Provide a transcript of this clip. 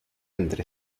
entre